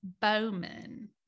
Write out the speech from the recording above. Bowman